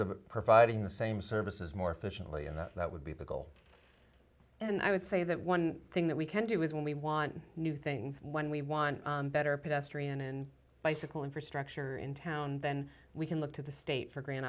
of providing the same services more efficiently and that would be the goal and i would say that one thing that we can do is when we want new things when we want better pedestrian and bicycle infrastructure in town then we can look to the state for gran